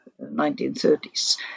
1930s